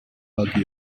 hug